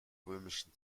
römischen